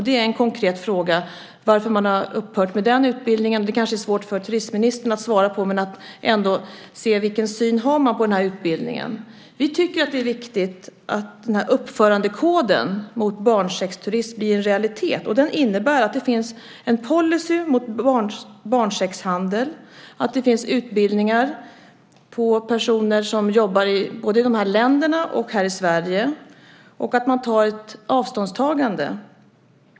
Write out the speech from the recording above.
Det är en konkret fråga: Varför har den utbildningen upphört? Det är kanske svårt för turistministern att svara, men vilken syn finns på utbildningen? Vi tycker att det är viktigt att uppförandekoden mot barnsexturism blir en realitet. Den innebär att det finns en policy mot barnsexhandel, att det finns utbildningar för personer som jobbar i dessa länder och i Sverige och att det görs ett avståndstagande.